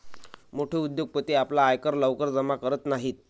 मोठे उद्योगपती आपला आयकर लवकर जमा करत नाहीत